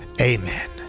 amen